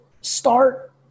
start